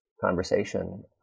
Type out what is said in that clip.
conversation